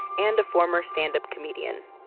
and a former stand-up comedian.